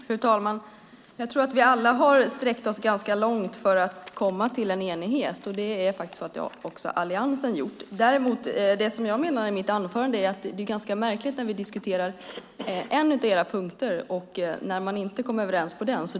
Fru talman! Jag tror att vi alla, också vi i Alliansen, har sträckt oss ganska långt för att nå enighet. Det jag menade i mitt anförande är att det är ganska märkligt att nio reservationer till dök upp när vi diskuterade en av era punkter och inte kom överens om den.